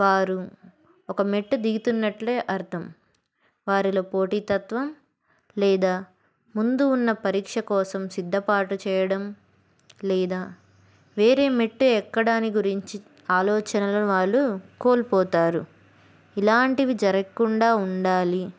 వారు ఒక మెట్టు దిగుతున్నట్లే అర్థం వారిలో పోటీ తత్వం లేదా ముందు ఉన్న పరీక్ష కోసం సిద్ధపాటు చేయడం లేదా వేరే మెట్టు ఎక్కడాని గురించి ఆలోచనలను వాళ్ళు కోల్పోతారు ఇలాంటివి జరగక్కుండా ఉండాలి